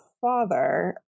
father